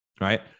right